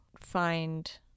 find